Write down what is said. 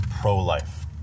pro-life